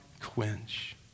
quench